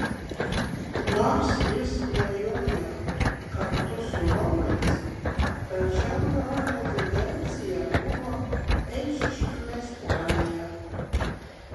nors jis klajojo kartu su romais tačiau jo rezidencija buvo eišiškių miestelyje